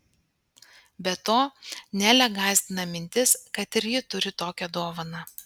be to nelę gąsdina mintis kad ir ji turi tokią dovaną